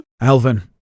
Alvin